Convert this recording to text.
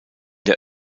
der